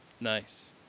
Nice